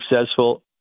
successful